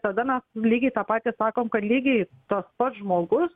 tada mes lygiai tą patį sakom kad lygiai tas pats žmogus